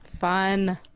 fun